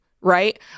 Right